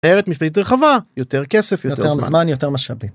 ערת משפטית רחבה יותר כסף יותר זמן יותר משאבים.